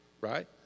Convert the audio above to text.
right